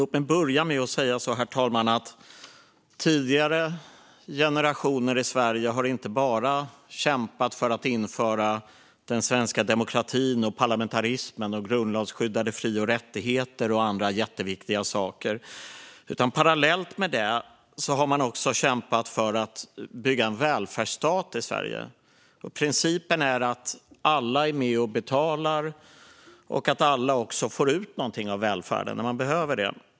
Låt mig börja med att säga att tidigare generationer i Sverige inte bara har kämpat för att införa den svenska demokratin, parlamentarismen, grundlagsskyddade fri och rättigheter och andra jätteviktiga saker, utan parallellt med detta har man också kämpat för att bygga en välfärdsstat i Sverige. Principen är att alla är med och betalar och att alla också får ut något av välfärden när de behöver det.